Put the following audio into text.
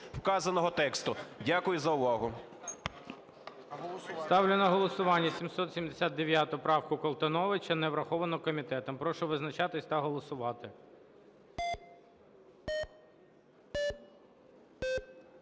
вказаного тексту. Дякую за увагу.